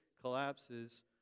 collapses